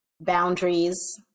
boundaries